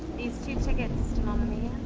these two tickets to mama mia?